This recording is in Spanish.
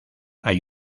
hay